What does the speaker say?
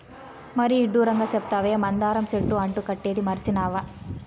మరీ ఇడ్డూరంగా సెప్తావే, మందార చెట్టు అంటు కట్టేదీ మర్సినావా